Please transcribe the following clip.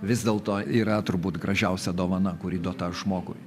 vis dėlto yra turbūt gražiausia dovana kuri duota žmogui